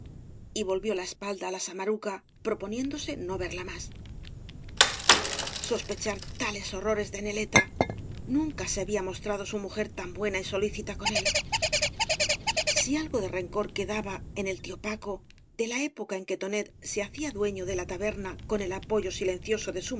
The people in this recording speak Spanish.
y volvió la espalda á la samaruca proponiéndose no verla más sospechar tales horrores de neleta nunca se había mostrado bu mujer tan buena y boiícita con él si algo de rencor quedaba en el tío paco de la época en que tonet se hacía duefio de la ta berna con el apoyo silencioso de eu